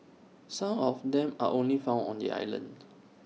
some of them are only found on the island